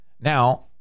Now